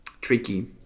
Tricky